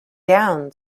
down